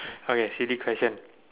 okay silly question